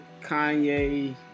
Kanye